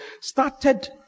started